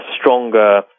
stronger